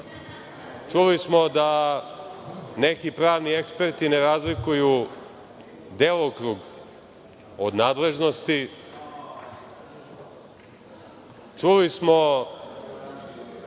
smo da neki pravni eksperti ne razlikuju delokrug od nadležnosti. Čuli smo